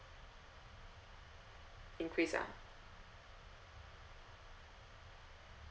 increase ah